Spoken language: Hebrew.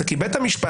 כי בית המשפט,